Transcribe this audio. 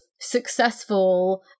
successful